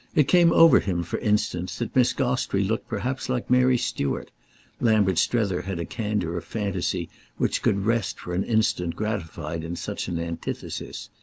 it came over him for instance that miss gostrey looked perhaps like mary stuart lambert strether had a candour of fancy which could rest for an instant gratified in such an antithesis.